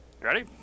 Ready